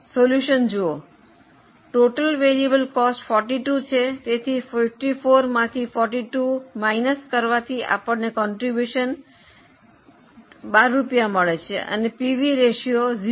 ઉકેલ જુઓ કુલ ચલિત ખર્ચ 42 છે તેથી 54 માંથી 4૨ ઓછા કરવાથી આપણને ફાળો 12 રૂપિયા મળે છે અને પીવી રેશિયો 0